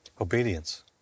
Obedience